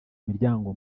miryango